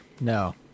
No